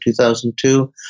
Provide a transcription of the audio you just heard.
2002